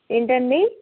ఏంటి అండి